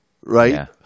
right